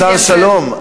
השר שלום,